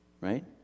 right